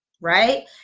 right